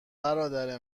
برادر